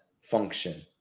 function